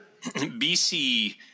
BC